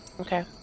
Okay